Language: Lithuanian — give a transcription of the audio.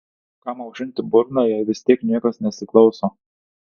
kam aušinti burną jei vis tiek niekas nesiklauso